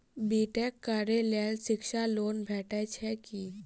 B tech करै लेल शिक्षा लोन भेटय छै की?